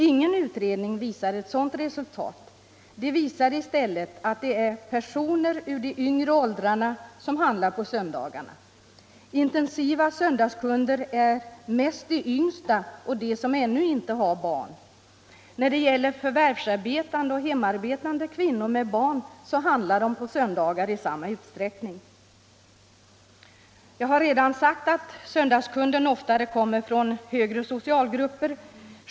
Ingen utredning visar sådant resultat — utredningarna visar i stället att det är personer ur de yngre åldrarna som handlar på söndagarna. Intensiva söndagskunder är mest de yngsta och de som ännu inte har barn. När det gäller förvärvsarbetande och hemarbetande kvinnor med barn, så handlar båda kategorierna på söndagar i samma utsträckning. Jag har redan sagt att söndagskunden oftare kommer från de högre socialgrupperna.